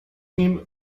nim